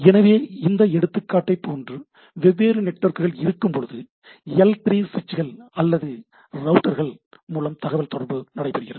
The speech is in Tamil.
எனவே இந்த எடுத்துக்காட்டை போன்று வெவ்வேறு நெட்வொர்க்குகள் இருக்கும்போது L3 ஸ்விச்கள் அல்லது ரௌட்டர்கள் மூலம் தகவல் தொடர்பு நடைபெறுகிறது